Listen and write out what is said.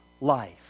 life